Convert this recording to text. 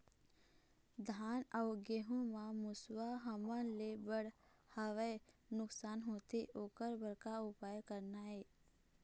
धान अउ गेहूं म मुसवा हमन ले बड़हाए नुकसान होथे ओकर बर का उपाय करना ये?